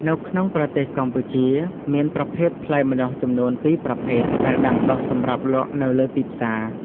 នៅក្នុងប្រទេសកម្ពុជាមានប្រភេទផ្លែម្នាស់ចំនួន ពីរប្រភេទ ដែលដាំដុះសម្រាប់លក់នៅលើទីផ្សារ។